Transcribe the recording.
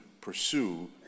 pursue